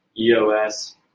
EOS